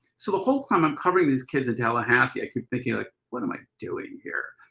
so the whole time i'm covering these kids in tallahassee, i keep thinking like what am i doing here?